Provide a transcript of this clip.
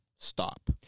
Stop